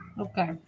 okay